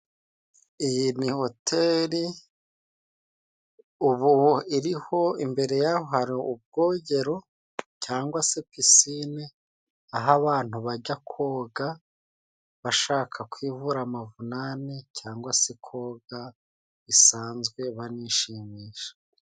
Iyi ni hoteri. Ubu iriho imbere yaho hari ubwogero cyangwa se pisine aho abantu bajya koga bashaka kwivura amavunane cyangwa se koga bisanzwe banishimisha.